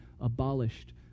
abolished